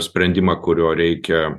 sprendimą kurio reikia